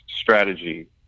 strategy